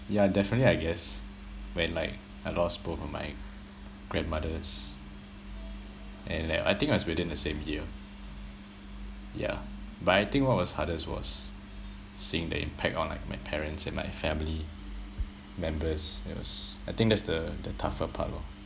yeah definitely I guess when like I lost both of my grandmothers and like I think it was within the same year yeah but I think what was hardest was seeing the impact on like my parents and my family members that was I think that's the the tougher part lor